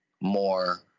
more